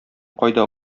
кайда